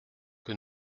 que